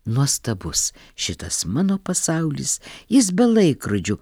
nuostabus šitas mano pasaulis jis be laikrodžių